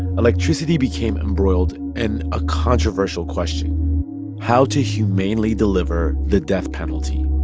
electricity became embroiled in a controversial question how to humanely deliver the death penalty